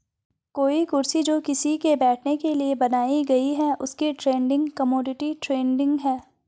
कोई कुर्सी जो किसी के बैठने के लिए बनाई गयी है उसकी ट्रेडिंग कमोडिटी ट्रेडिंग है